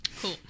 Cool